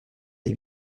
les